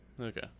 Okay